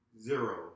zero